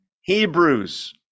Hebrews